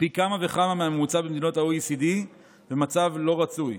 פי כמה וכמה מהממוצע במדינות ה-,OECD וזה מצב לא רצוי.